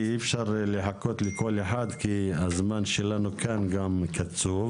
כי אי אפשר לחכות לכל אחד כי הזמן שלנו כאן גם קצוב.